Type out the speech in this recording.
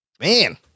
Man